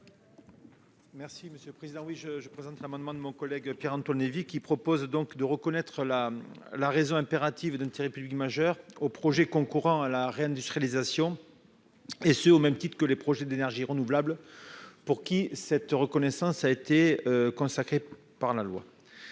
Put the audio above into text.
Merci Monsieur le Président. Oui je je présenterai amendement de mon collègue Pierre-Antoine Levi, qui propose donc de reconnaître la la raison impérative d'intérêt public majeur au projet concourant à la réindustrialisation. Et ce, au même titre que les projets d'énergies renouvelables pour qui cette reconnaissance a été consacré par la loi.